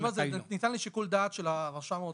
אני אומר, זה נתון לשיקול דעת של רשם ההוצל"פ.